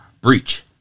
Breach